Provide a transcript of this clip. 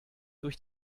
durch